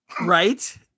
Right